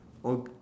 or g~